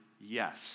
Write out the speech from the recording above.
Yes